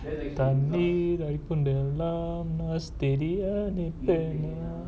தந்தே டாஸ்குலோலா நான்:thanthe daskulola naan steady ஆ நிற்பேனா:aa nirpena